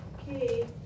Okay